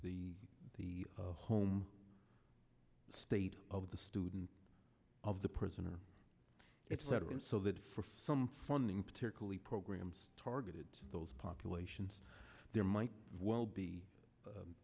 the the home state of the student of the prisoner it's set in so that for some funding particularly programs targeted to those populations there might well be